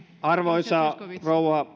arvoisa rouva